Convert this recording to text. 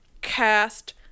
cast